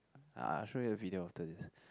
I show you a video after this